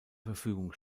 verfügung